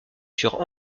sur